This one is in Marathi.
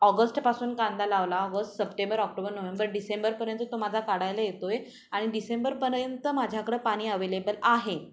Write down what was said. ऑगस्टपासून कांदा लावला ऑगस्ट सप्टेंबर ऑक्टोबर नोव्हेंबर डिसेंबरपर्यंत तो माझा काढायला येतो आहे आणि डिसेंबरपर्यंत माझ्याकडं पाणी अवेलेबल आहे